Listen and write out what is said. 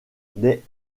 des